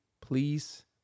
please